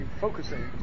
focusing